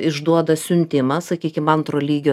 išduoda siuntimą sakykim antro lygio